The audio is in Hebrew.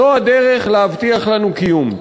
זו הדרך להבטיח לנו קיום.